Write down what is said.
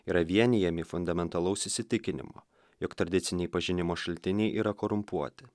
yra vienijami fundamentalaus įsitikinimo jog tradiciniai pažinimo šaltiniai yra korumpuoti